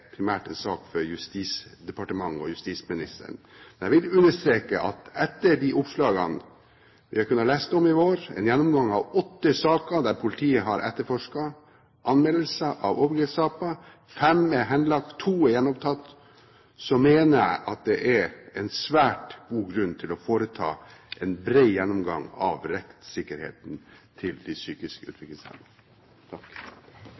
primært er en sak for Justisdepartementet og justisministeren. Men jeg vil understreke at etter de oppslagene vi har kunnet lese i vår – etter en gjennomgang av åtte saker der politiet har etterforsket anmeldelser av overgrepssaker, er fem henlagt og to gjenopptatt – så mener jeg at det er en svært god grunn til å foreta en bred gjennomgang av rettssikkerheten til de